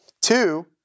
Two